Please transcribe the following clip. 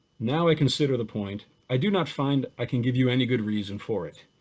now i consider the point, i do not find i can give you any good reason for it,